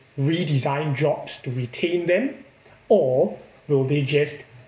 redesign jobs to retain them or will they just